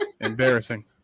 Embarrassing